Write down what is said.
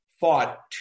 fought